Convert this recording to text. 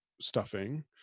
stuffing